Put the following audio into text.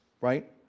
right